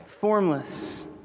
formless